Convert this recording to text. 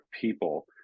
people